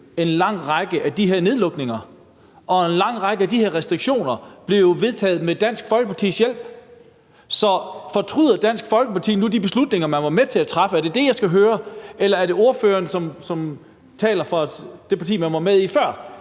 en lang række af de her nedlukninger, og en lang række af de her restriktioner blev jo vedtaget med Dansk Folkepartis hjælp. Så fortryder Dansk Folkeparti nu de beslutninger, man var med til at træffe? Er det det, jeg hører? Eller taler ordføreren for det parti, man var med i før?